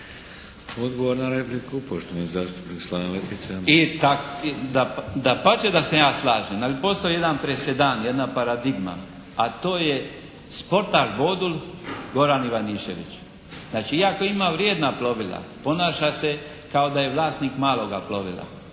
Odgovor ne repliku poštovani zastupnik Slaven Letica. **Letica, Slaven (Nezavisni)** Dapače da se ja slažem, ali postoji jedan presedan, jedna paradigma. Sportaš bodul Goran Ivanišević. Znači iako ima vrijedna plovila ponaša se kao da je vlasnik maloga plovila.